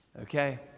Okay